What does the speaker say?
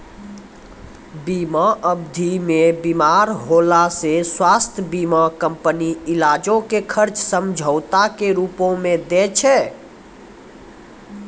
बीमा अवधि मे बीमार होला से स्वास्थ्य बीमा कंपनी इलाजो के खर्चा समझौता के रूपो मे दै छै